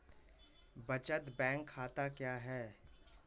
बचत बैंक खाता क्या है?